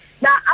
Now